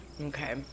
Okay